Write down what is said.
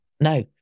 no